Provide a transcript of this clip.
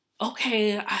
okay